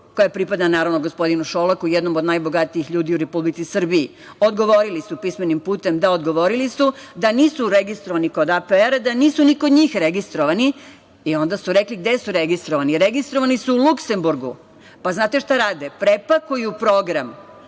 koja pripada gospodinu Šolaku, jednom od najbogatijih ljudi u Republici Srbiji. Odgovorili su pismenim putem da nisu registrovani kod APR, da nisu ni kod njih registrovani i onda su rekli gde su registrovani – registrovani su u Luksemburgu. Znate šta rade? Prepakuju program